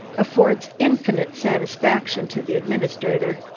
affords infinite satisfaction to the administrator.